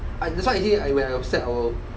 I this one actually when I was sad I will